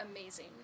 amazing